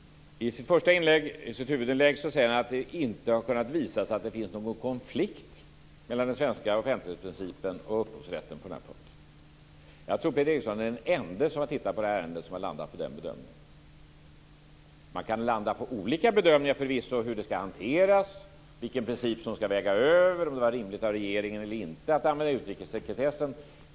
I sitt första inlägg, sitt huvudinlägg, säger han att det inte har kunnat visas att det finns någon konflikt mellan den svenska offentlighetsprincipen och upphovsrätten på den här punkten. Jag tror att Peter Eriksson är den ende som har tittat på det här ärendet som har landat på den bedömningen. Man kan förvisso landa på olika bedömningar när det gäller hur detta skall hanteras, vilken princip som skall väga över och om det var rimligt av regeringen att använda utrikessekretessen.